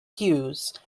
hughes